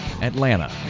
Atlanta